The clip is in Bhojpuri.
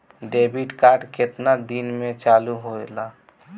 डेबिट कार्ड केतना दिन में चालु होला?